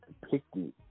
depicted